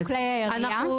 ושני נושאים אחרונים, אני